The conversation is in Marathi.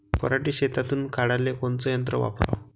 पराटी शेतातुन काढाले कोनचं यंत्र वापराव?